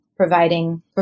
providing